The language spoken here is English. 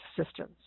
assistance